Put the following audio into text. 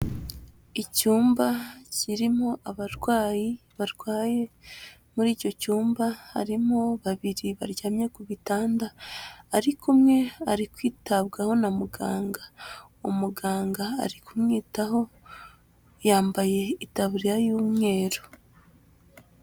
Icyumba kirimo abarwayi barwaye, muri icyo cyumba harimo babiri baryamye ku bitanda ariko umwe ari kwitabwaho na muganga, umuganga ari kumwitaho yambaye itaburiya y'umweru.